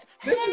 hey